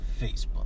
Facebook